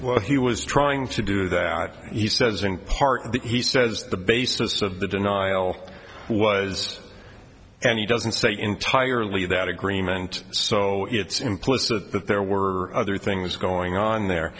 what he was trying to do that he says in part that he says the basis of the denial was and he doesn't say entirely that agreement so it's implicit that there were other things going on there